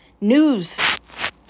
news